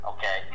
Okay